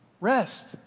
rest